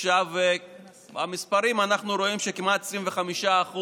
עכשיו המספרים: אנחנו רואים שכמעט 25%